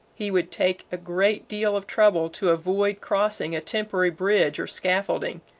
he would take a great deal of trouble to avoid crossing a temporary bridge or scaffolding,